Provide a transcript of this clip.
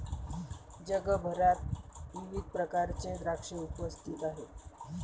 जगभरात विविध प्रकारचे द्राक्षे उपस्थित आहेत